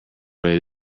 rate